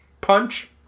punch